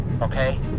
Okay